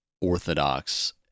orthodox